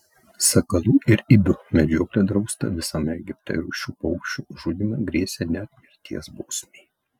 sakalų ir ibių medžioklė drausta visame egipte ir už šių paukščių žudymą grėsė net mirties bausmė